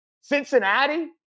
Cincinnati